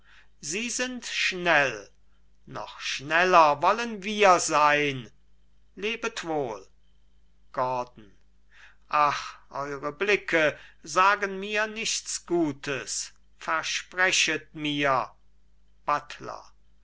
sie sind schnell noch schneller wollen wir sein lebet wohl gordon ach eure blicke sagen mir nichts gutes versprechet mir buttler